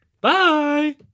Bye